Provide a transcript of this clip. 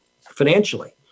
financially